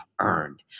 earned